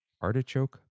artichoke